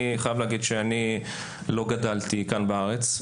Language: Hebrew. אני חייב להגיד שאני לא גדלתי כאן בארץ.